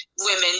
women